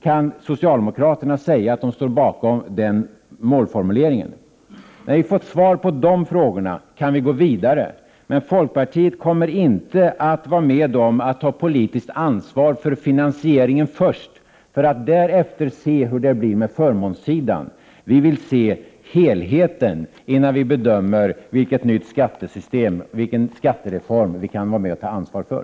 Kan socialdemokraterna säga att de står bakom den målformuleringen? När vi fått svar på dessa frågor kan vi gå vidare. Men folkpartiet kommer inte att vara med på att ta politiskt ansvar för finansieringen först, för att därefter se hur det blir med förmånssidan. Vi vill se helheten innan vi bedömer vilket nytt skattesystem, vilken skattereform vi kan vara med och ta ansvar för.